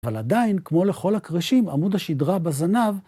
אבל עדיין, כמו לכל הקרשים, עמוד השדרה בזנב